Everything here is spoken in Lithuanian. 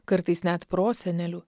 kartais net prosenelių